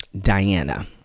Diana